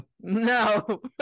No